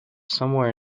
somewhere